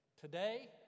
Today